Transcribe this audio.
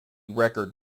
record